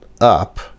up